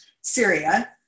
Syria